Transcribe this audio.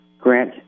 grant